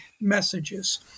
messages